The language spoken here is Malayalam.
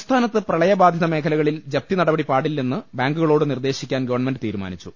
സംസ്ഥാനത്ത് പ്രളയബാധിത മേഖലകളിൽ ജപ്തിനടപടി പാടില്ലെന്ന് ബാങ്കുകളോട് നിർദേശിക്കാൻ ഗവൺമെന്റ് തീരുമാ നിച്ചു